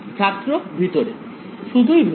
ছাত্র ভিতরে শুধুই ভিতরে